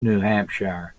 hampshire